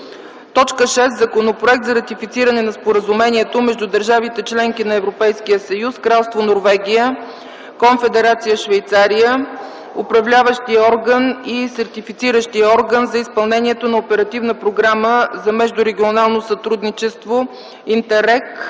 6. Законопроект за ратифициране на Споразумението между държавите – членки на Европейския съюз, Кралство Норвегия, Конфедерация Швейцария, Управляващия орган и Сертифициращия орган за изпълнението Оперативна програма за междурегионално сътрудничество „Интеррег